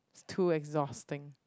too exhausting